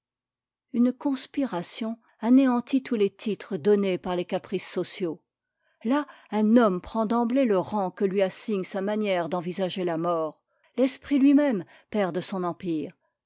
une conspiration anéantit tous les titres donnés par les caprices sociaux là un homme prend d'emblée le rang que lui assigne sa manière d'envisager la mort l'esprit lui-même perd de son empire